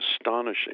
astonishing